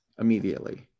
immediately